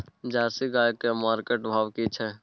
Jersey गाय की market भाव की छै?